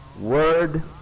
word